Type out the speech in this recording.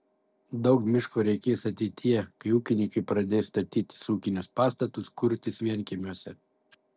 daug miško reikės ateityje kai ūkininkai pradės statytis ūkinius pastatus kurtis vienkiemiuose